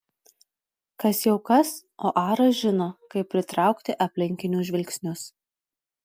kas jau kas o aras žino kaip pritraukti aplinkinių žvilgsnius